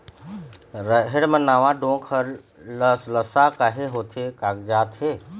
रहेड़ म नावा डोंक हर लसलसा काहे होथे कागजात हे?